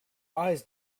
eyes